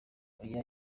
oya